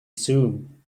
zoom